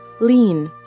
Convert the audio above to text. Lean